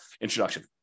introduction